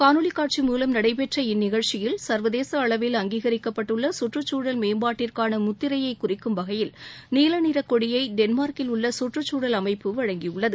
காணொலி காட்சி மூலம் நடைபெற்ற இந்நிகழ்ச்சியில் சர்வதேச அளவில் அங்கீகரிக்கப்பட்டுள்ள கற்றுச் சூழல் மேம்பாட்டிற்கான முத்திரையை குறிக்கும் வகையில் நீலநிற கொடியை டென்மார்க்கில் உள்ள சுற்றுச் சூழல் அமைப்பு வழங்கி உள்ளது